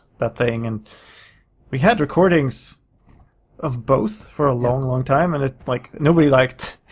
that thing. and we had recordings of both for a long long time, and it like. nobody liked.